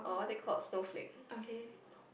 or what is it called snowflake